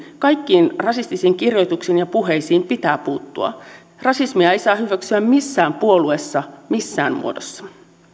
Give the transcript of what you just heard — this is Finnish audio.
kaikkiin rasistisiin kirjoituksiin ja puheisiin pitää puuttua rasismia ei saa hyväksyä missään puolueessa missään muodossa